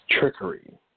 trickery